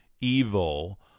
evil